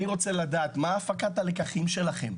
אני רוצה לדעת מה הפקת הלקחים שלכם,